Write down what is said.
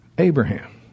Abraham